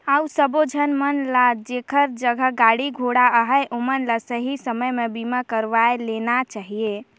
अउ सबो झन मन ल जेखर जघा गाड़ी घोड़ा अहे ओमन ल सही समे में बीमा करवाये लेना चाहिए